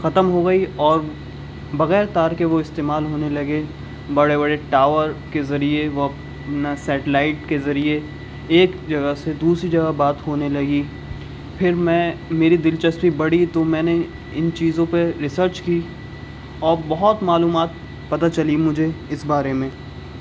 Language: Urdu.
ختم ہوگئی اور بغیر تار کے وہ استعمال ہونے لگے بڑے بڑے ٹاور کے ذریعے وہ اپنا سیٹیلائٹ کے ذریعے ایک جگہ سے دوسری جگہ بات ہونے لگی پھر میں میری دلچسپی بڑھی تو میں نے ان چیزوں پہ ریسرچ کی اور بہت معلومات پتہ چلی مجھے اس بارے میں